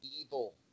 evil